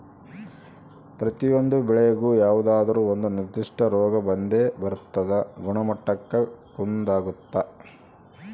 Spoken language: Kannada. ಪ್ರತಿಯೊಂದು ಬೆಳೆಗೂ ಯಾವುದಾದ್ರೂ ಒಂದು ನಿರ್ಧಿಷ್ಟ ರೋಗ ಬಂದೇ ಬರ್ತದ ಗುಣಮಟ್ಟಕ್ಕ ಕುಂದಾಗುತ್ತ